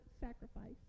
sacrifice